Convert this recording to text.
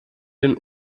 den